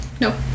No